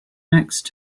next